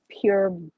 pure